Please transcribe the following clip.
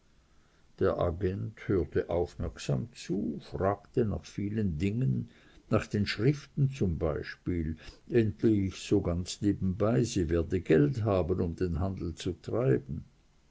der agent hörte aufmerksam zu fragte nach vielen dingen nach den schriften zum beispiel endlich so ganz nebenbei sie werde geld haben um den handel zu treiben